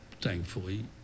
thankfully